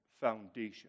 foundation